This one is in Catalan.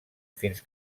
fins